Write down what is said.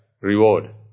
reward